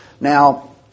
Now